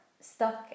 stuck